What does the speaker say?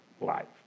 life